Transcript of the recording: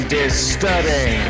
disturbing